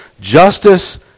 justice